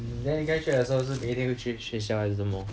then 你刚才 check 的时候是明天会去学校还是什么